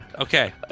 Okay